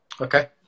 Okay